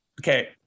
Okay